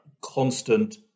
constant